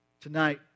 Tonight